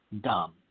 dumb